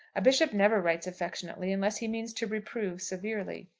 a bishop never writes affectionately unless he means to reprove severely.